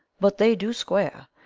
but they do square,